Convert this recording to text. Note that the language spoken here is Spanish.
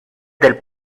del